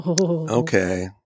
Okay